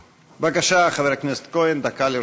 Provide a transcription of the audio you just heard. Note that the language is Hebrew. בבקשה, חבר הכנסת כהן, דקה לרשותך.